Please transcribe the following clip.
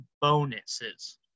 bonuses